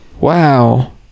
wow